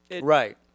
Right